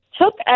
took